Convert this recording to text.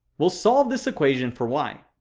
we'll solve this equation for y.